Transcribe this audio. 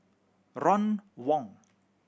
Ron Wong